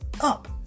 up